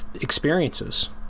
experiences